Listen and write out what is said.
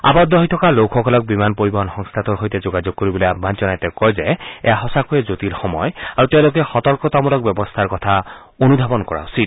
আৱদ্ধ হৈ থকা লোকসকলক বিমান পৰিবহণ সংস্থাটোৰ সৈতে যোগাযোগ কৰিবলৈ আহবান জনাই তেওঁ কয় যে এয়া সঁচাকৈয়ে জটিল সময় আৰু তেওঁলোকে সতৰ্কতামূলক ব্যৱস্থাৰ কথা অনুধাৱন কৰা উচিত